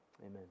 Amen